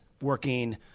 working